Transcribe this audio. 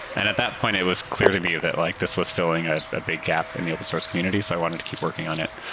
and at that point, it was clear to me that like this was filling ah a big gap in the open source community. so i wanted to keep working on it.